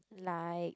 like